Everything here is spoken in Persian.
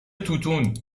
توتون